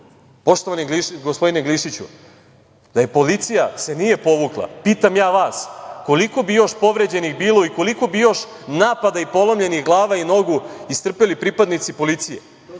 Poštovani gospodine Glišiću, da se policija nije povukla, pitaj ja vas – koliko bi još povređenih bilo i koliko bi još napada i polomljenih glava i nogu istrpeli pripadnici policije,